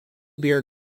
beer